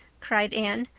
cried anne.